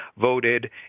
voted